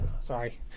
Sorry